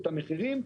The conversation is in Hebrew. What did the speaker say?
את המחירים,